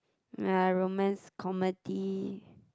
ya romance comedy